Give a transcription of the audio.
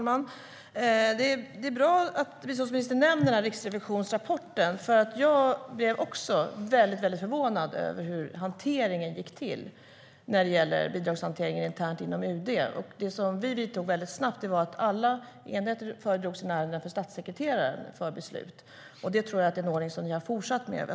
Herr talman! Det är bra att biståndsministern nämner Riksrevisionens rapport. Jag blev också väldigt förvånad över hur bidragshanteringen internt inom UD gick till. Det som vi gjorde väldigt snabbt var att alla enheter föredrog sina ärenden för statssekreteraren för beslut, och det tror jag är en ordning som ni har fortsatt med.